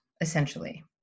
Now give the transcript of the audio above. essentially